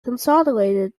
consolidated